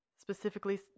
specifically